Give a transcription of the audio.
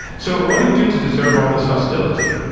so what do you do to deserve all this hostility?